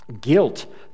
guilt